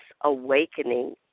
awakening